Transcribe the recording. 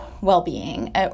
well-being